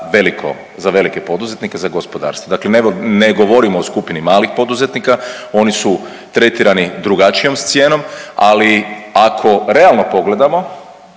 velike poduzetnike, za gospodarstvo. Dakle ne govorimo o skupini malih poduzetnika, oni su tretirani drugačijom cijenom, ali ako realno pogledamo,